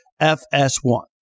FS1